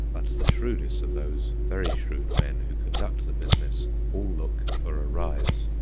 but the shrewdest of those very shrewd men who conduct the business all look for a rise.